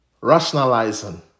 rationalizing